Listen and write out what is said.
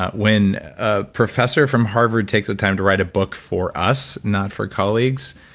ah when a professor from harvard takes the time to write a book for us, not for colleagues,